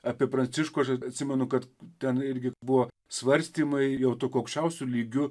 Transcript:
apie pranciškų aš atsimenu kad ten irgi buvo svarstymai jau tokiu aukščiausiu lygiu